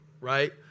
right